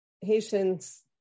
Haitians